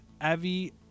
Avi